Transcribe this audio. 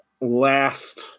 last